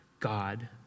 God